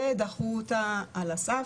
ודחו אותה על הסף,